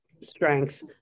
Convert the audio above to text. strength